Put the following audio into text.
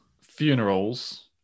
funerals